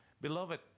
beloved